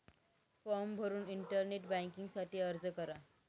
form भरून internet banking साठी अर्ज करा